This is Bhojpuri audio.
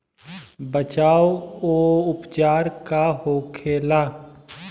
बचाव व उपचार का होखेला?